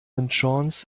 john’s